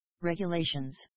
Regulations